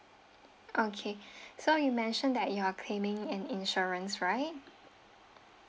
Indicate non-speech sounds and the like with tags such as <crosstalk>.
okay <breath> so you mentioned that you are claiming an insurance right